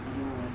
I don't know leh